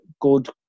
good